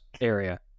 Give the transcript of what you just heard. area